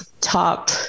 top